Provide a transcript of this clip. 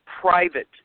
private